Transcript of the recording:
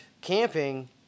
camping